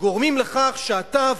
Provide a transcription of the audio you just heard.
גורמים לכך שאתה,